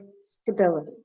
stability